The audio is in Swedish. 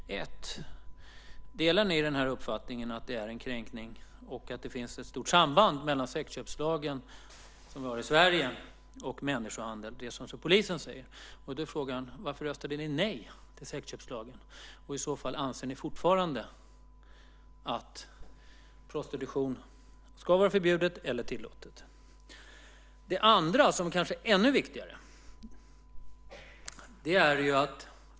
För det första: Delar ni uppfattningen att det är en kränkning och att det finns ett stort samband mellan sexköpslagen, som vi har i Sverige, och brottet människohandel, som polisen säger? Frågan är då: Varför röstade ni nej till sexköpslagen? Anser ni att prostitution ska vara förbjudet eller tillåtet? Det andra är kanske ännu viktigare.